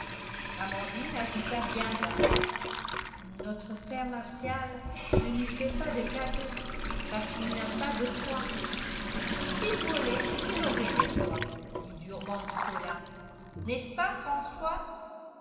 amandine ajouta bien bas notre frère martial ne nous fait pas de cadeaux parce qu'il n'a pas de quoi s'il volait il aurait de quoi dit durement nicolas n'est-ce pas françois